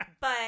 But-